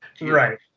right